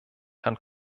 herrn